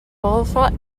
pauvres